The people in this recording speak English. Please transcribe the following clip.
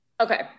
Okay